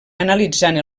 analitzant